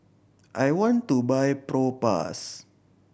I want to buy Propass